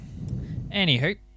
Anywho